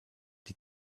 die